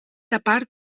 tapar